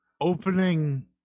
opening